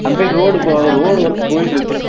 அந்த side road போ road work போய்கிட்ருக்கு